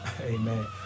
Amen